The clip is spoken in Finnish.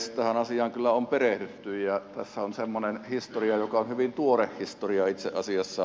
tähän asiaan kyllä on perehdytty ja tässä on semmoinen historia joka on hyvin tuore historia itse asiassa